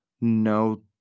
no